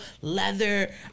leather